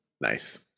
Nice